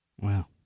Wow